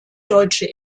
deutsche